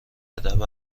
ادب